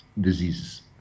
diseases